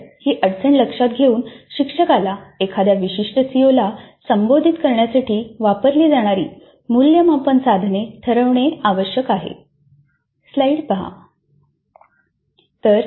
तर ही अडचण लक्षात घेऊन शिक्षकाला एखाद्या विशिष्ट सीओला संबोधित करण्यासाठी वापरली जाणारी मूल्यमापन साधने ठरवणे आवश्यक आहे